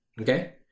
Okay